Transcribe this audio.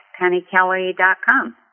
pennykelly.com